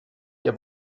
ihr